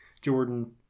Jordan